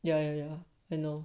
ya ya ya I know